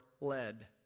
led